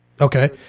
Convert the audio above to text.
Okay